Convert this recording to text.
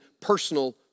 personal